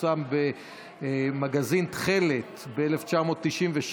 שפורסם במגזין תכלת ב-1997.